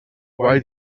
while